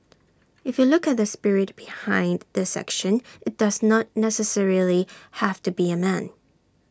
if you look at the spirit behind the section IT does not necessarily have to be A man